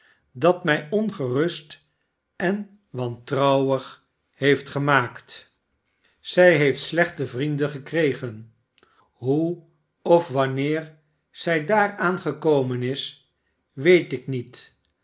dat mij ongerust en wantrouwig heeft gemaakt zij heeft slechte verbazing van den heer haredale vrienden gekregen hoe of wanneer zij daaraan gekomen is weet ik niet